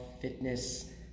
fitness